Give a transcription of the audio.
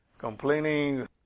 Complaining